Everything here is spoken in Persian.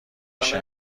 میشه